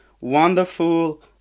wonderful